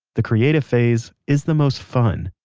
the creative phase is the most fun.